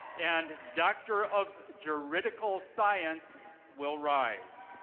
and doctor of juridical science will rise.